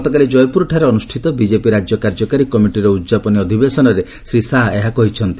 ଗତକାଲି ଜୟପୁରଠାରେ ଅନୁଷ୍ଠିତ ବିଜେପି ରାଜ୍ୟ କାର୍ଯ୍ୟକାରୀ କମିଟିର ଉଦ୍ଯାପନୀ ଅଧିବେଶନରେ ଶ୍ରୀ ଶାହା ଏହା କହିଛନ୍ତି